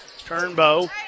Turnbow